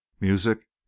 music